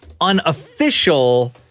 unofficial